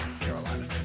Carolina